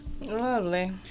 lovely